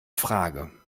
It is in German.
frage